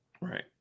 Right